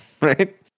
right